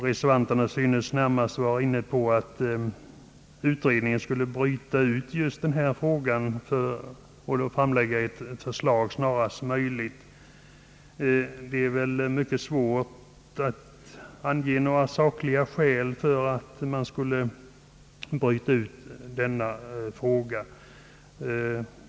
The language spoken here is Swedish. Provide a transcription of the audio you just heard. Reservanterna synes närmast vara inne på tanken att utredningen skulle bryta ut den av dem upptagna frågan och snarast möjligt framlägga ett förslag i detta avseende. Det torde vara mycket svårt att ange några sakliga skäl för att bryta ut denna fråga.